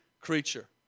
creature